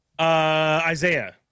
Isaiah